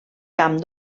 camp